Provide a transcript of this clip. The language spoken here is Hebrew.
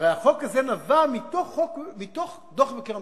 הרי החוק הזה נבע מדוח מבקר המדינה.